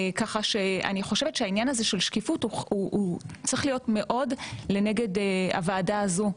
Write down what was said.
ואני גם חושבת שהעניין הזה של שקיפות צריך להיות מאוד לנגד הוועדה הזו,